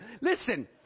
Listen